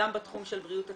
גם בתחום של בריאות הציבור,